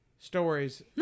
stories